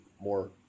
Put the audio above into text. more